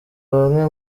bamwe